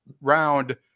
round